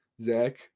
Zach